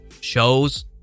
shows